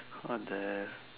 what the